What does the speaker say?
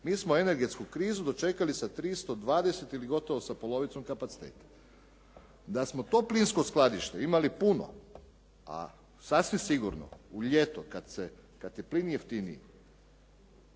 mi smo energetsku krizu dočekali sa 320 ili gotovo sa polovicom kapaciteta. Da smo to plinsko skladište imali puno, a sasvim sigurno u ljeto kad je plin jeftiniji,